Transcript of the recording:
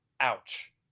Ouch